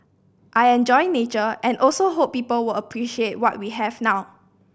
I enjoy nature and also hope people will appreciate what we have now